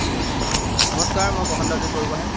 নমস্কাৰ মই প্ৰশান্তজিৎ বৰগোহাঁই